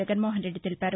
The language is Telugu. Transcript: జగన్నోహన్ రెడ్డి తెలిపారు